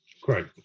Great